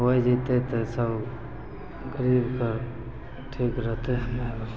होइ जएतै तऽ सभ गरीबके ठीक रहतै रहै